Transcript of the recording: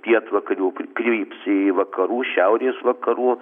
pietvakarių kryps į vakarų šiaurės vakarų